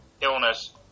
illness